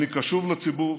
אני קשוב לציבור,